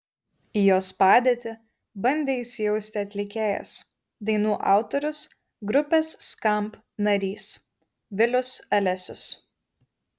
į jos padėtį bandė įsijausti atlikėjas dainų autorius grupės skamp narys vilius alesius